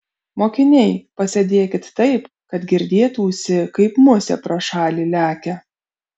mokiniai pasėdėkit taip kad girdėtųsi kaip musė pro šalį lekia